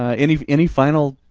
ah any any final,